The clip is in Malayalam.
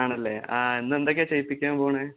ആണല്ലേ ഇന്നെന്തക്കെയാണ് ചെയ്യിപ്പിക്കാൻ പോണത്